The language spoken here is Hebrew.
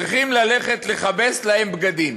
צריכים ללכת לכבס להם בגדים"